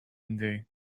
day